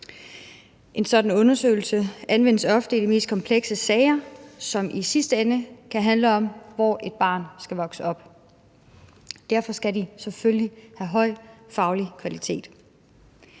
En sådan undersøgelse anvendes ofte i de mest komplekse sager, som i sidste ende kan handle om, hvor et barn skal vokse op. Derfor skal de selvfølgelig have høj faglig kvalitet.